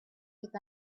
with